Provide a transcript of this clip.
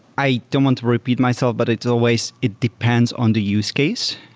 i don't want to repeat myself, but it's always it depends on the use case.